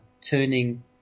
turning